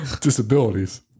Disabilities